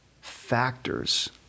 factors